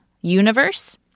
universe